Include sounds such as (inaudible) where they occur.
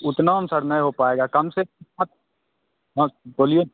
उतना में सर नहीं हो पाएगा कम से (unintelligible) हाँ बोलिए